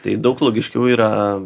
tai daug logiškiau yra